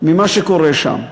מה קורה שם.